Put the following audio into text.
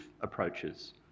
approaches